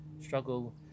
Struggle